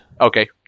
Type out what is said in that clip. Okay